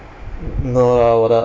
no lah 我的